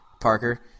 Parker